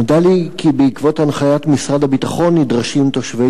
נודע לי כי בעקבות הנחיית משרד הביטחון נדרשים תושבי